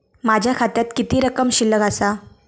माझ्या खात्यात किती रक्कम शिल्लक आसा?